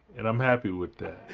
and i'm happy with that.